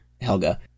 Helga